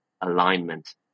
alignment